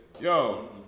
Yo